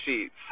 sheets